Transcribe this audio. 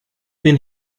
been